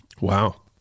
Wow